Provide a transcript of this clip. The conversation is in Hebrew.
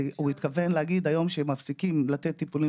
הוא התכוון ליום שבו מפסיקים לתת טיפולים